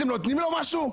אתם נותנים לו משהו?